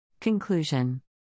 Conclusion